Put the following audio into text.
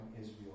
Israel